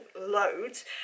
loads